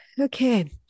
Okay